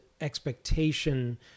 expectation